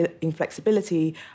inflexibility